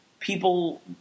people